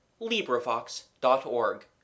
LibriVox.org